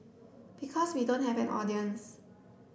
because we don't have an audience